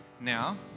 now